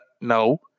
no